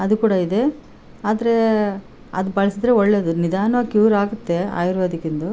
ಅದು ಕೂಡ ಇದೇ ಆದರೆ ಅದು ಬಳ್ಸಿದ್ರೆ ಒಳ್ಳೇದು ನಿಧಾನವಾಗ್ ಕ್ಯೂರ್ ಆಗುತ್ತೆ ಆಯುರ್ವೇದಿಕಿಂದು